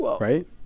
right